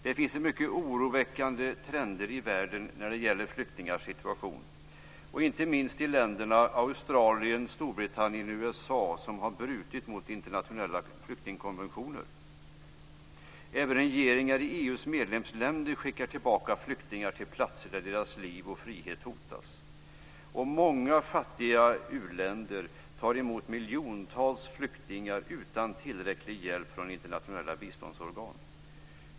Det finns mycket oroväckande trender i världen när det gäller flyktingars situation, inte minst i Australien, Storbritannien och USA som har brutit mot internationella flyktingkonventioner. Även regeringar i EU:s medlemsländer skickar tillbaka flyktingar till platser där deras liv och frihet hotas. Många fattiga u-länder tar emot miljontals flyktingar utan tillräcklig hjälp från internationella biståndsorgan.